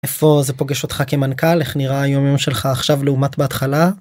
איפה זה פוגש אותך כמנכ״ל, איך נראה היום יום שלך עכשיו לעומת בהתחלה?